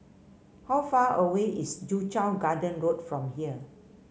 how far away is Soo Chow Garden Road from here